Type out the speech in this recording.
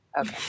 okay